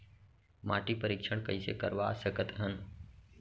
माटी परीक्षण कइसे करवा सकत हन?